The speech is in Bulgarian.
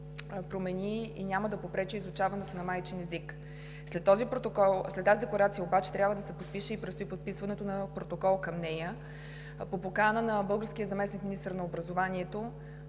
промени и няма да попречи на изучаването на майчин език. След тази Декларация обаче трябва да се подпише и предстои подписването на протокол към нея. По покана на българския заместник-министър на образованието